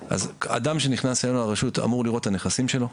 אדם שנכנס אלינו לרשות אמור לראות את הנכסים שלו.